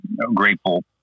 grateful